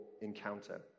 encounter